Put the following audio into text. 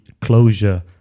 closure